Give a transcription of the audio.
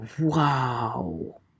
wow